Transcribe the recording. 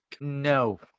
No